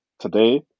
today